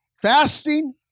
fasting